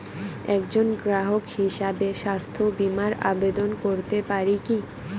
একজন গ্রাহক হিসাবে স্বাস্থ্য বিমার আবেদন করতে পারি কি?